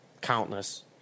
Countless